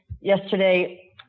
yesterday